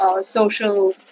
social